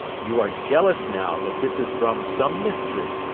you are jealous now that this is from some mistress,